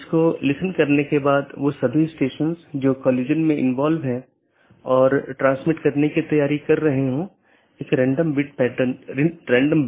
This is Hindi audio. इसलिए EBGP साथियों के मामले में जब हमने कुछ स्लाइड पहले चर्चा की थी कि यह आम तौर पर एक सीधे जुड़े नेटवर्क को साझा करता है